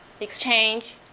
exchange